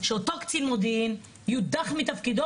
שאותו קצין מודיעין יודח מתפקידו